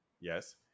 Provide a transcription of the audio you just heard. Yes